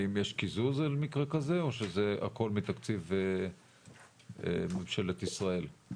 האם יש קיזוז אל מקרה כזה או שזה הכול מתקציב של ממשלת ישראל?